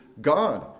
God